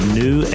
new